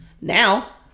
Now